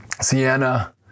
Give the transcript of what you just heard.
Sienna